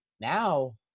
now